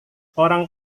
orang